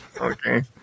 Okay